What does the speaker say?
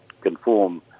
conform